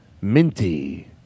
Minty